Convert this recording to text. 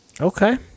Okay